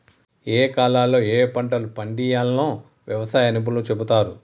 ఏయే కాలాల్లో ఏయే పంటలు పండియ్యాల్నో వ్యవసాయ నిపుణులు చెపుతారు